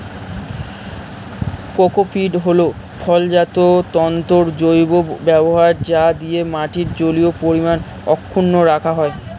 cocopeat হল ফলজাত তন্তুর জৈব ব্যবহার যা দিয়ে মাটির জলীয় পরিমাণ অক্ষুন্ন রাখা যায়